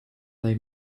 they